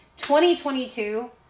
2022